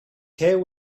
care